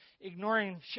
ignoring